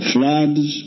Floods